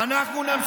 מה?